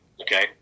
okay